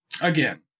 again